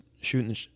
shooting